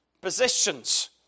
positions